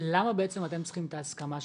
למה בעצם אתם צריכים את ההסכמה שלהם?